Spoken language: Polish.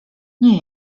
nie